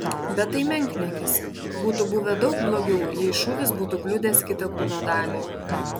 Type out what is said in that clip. bet tai menkniekis būtų buvę daug blogiau jei šūvis būtų kliudęs kitą kūno dalį